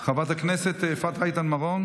חברת הכנסת מרב מיכאלי